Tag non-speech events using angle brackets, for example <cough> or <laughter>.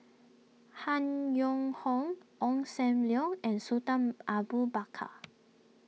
Han Yong Hong Ong Sam Leong and Sultan Abu Bakar <noise>